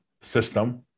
system